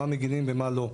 על מה מגינים ומה לא.